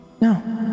No